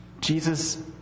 Jesus